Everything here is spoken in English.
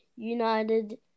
United